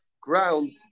ground